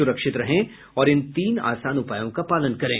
सुरक्षित रहें और इन तीन आसान उपायों का पालन करें